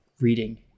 reading